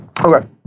Okay